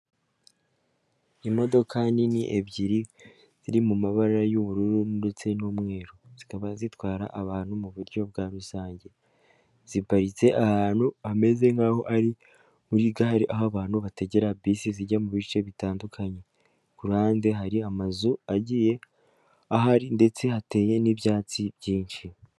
Imodoka nini ebyiri ziri mu mabara y'ubururu ndetse n'umweru. Zikaba zitwara abantu mu buryo bwa rusange, ziparitse ahantu hameze nk'aho ari muri gare aho abantu bategera bisi zijya mu bice bitandukanye, ku ruhande hari amazu agiye ahari ndetse hateye n'ibyatsi byinshi.